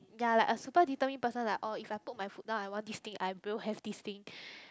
ya like a super determined person like orh if I put my foot down I want this thing I will have this thing